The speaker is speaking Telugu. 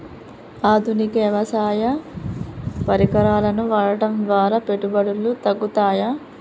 ఆధునిక వ్యవసాయ పరికరాలను వాడటం ద్వారా పెట్టుబడులు తగ్గుతయ?